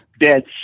dead